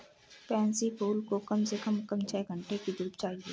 pansy फूल को कम से कम छह घण्टे की धूप चाहिए